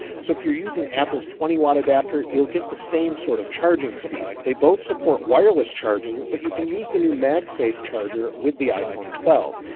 so if you're using apple's twenty watt adapter, you'll get the same sort of charging speed. they both support wireless charging, but you can use the new mag safe charger with the iphone twelve.